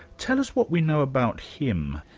tell us what we know about him.